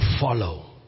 follow